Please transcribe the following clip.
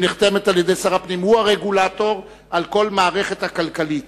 הוא הרגולטור של כל המערכת הכלכלית.